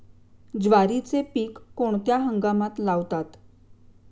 ज्वारीचे पीक कोणत्या हंगामात लावतात?